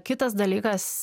kitas dalykas